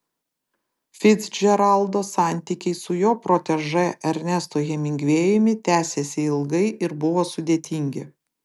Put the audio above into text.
ficdžeraldo santykiai su jo protežė ernestu hemingvėjumi tęsėsi ilgai ir buvo sudėtingi